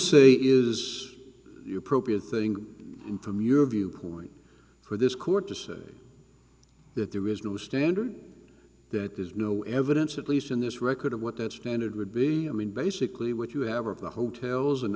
say is the appropriate thing from your view for this court to say that there is no standard that there's no evidence at least in this record of what that standard would be a mean basically what you have of the hotels and